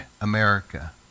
america